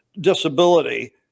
disability